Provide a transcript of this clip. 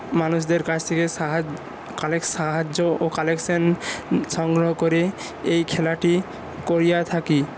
মানুষদের কাছ থেকে সাহায্য ও কালেকশন সংগ্রহ করে এই খেলাটি করিয়া থাকি